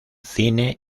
cine